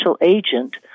agent